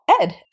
Ed